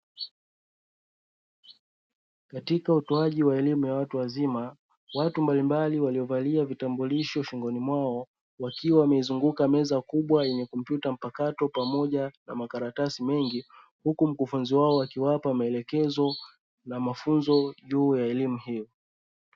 Katika utoaji wa elimu ya watu wazima. Watu mbalimbali waliovalia vitambulisho shingoni mwao, wakiwa wameizunguka meza kubwa yenye kompyuta mpakato pamoja na makaratasi mengi. Huku mkufunzi wao akiwapa maelekezo na mafunzo juu ya elimu hiyo.